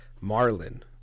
marlin